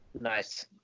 Nice